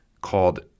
called